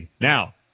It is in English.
Now